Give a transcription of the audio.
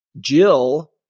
Jill